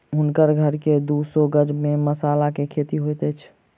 हुनकर घर के दू सौ गज में मसाला के खेती होइत अछि